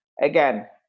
Again